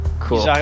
cool